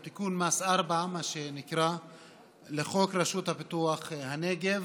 או את תיקון מס' 4 לחוק הרשות לפיתוח הנגב,